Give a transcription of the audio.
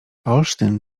olsztyn